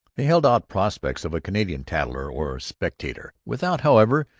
they held out prospects of a canadian tatler or spectator, without, however,